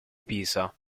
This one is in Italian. pisa